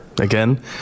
again